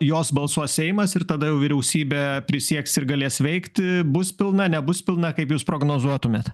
jos balsuos seimas ir tada jau vyriausybė prisieks ir galės veikti bus pilna nebus pilna kaip jūs prognozuotumėt